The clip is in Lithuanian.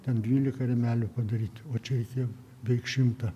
ten dvylika rėmelių padaryt o čia reikėjo beveik šimtą